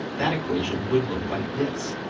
that equation would look like this.